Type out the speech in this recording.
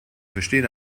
verstehen